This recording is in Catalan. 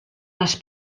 les